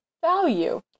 value